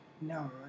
No